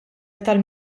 aktar